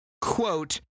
quote